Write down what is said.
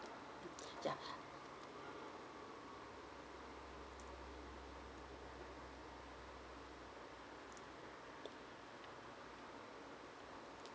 yeah